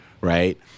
right